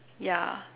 ya